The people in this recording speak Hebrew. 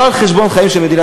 לא על חשבון החיים של,